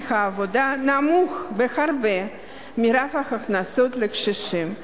העבודה נמוך בהרבה מרף ההכנסות לקשישים.